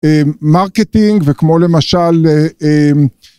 מרקטינג וכמו למשל.